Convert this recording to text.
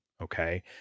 Okay